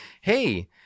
hey